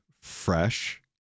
fresh